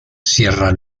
sierra